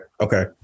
Okay